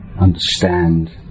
understand